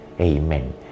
Amen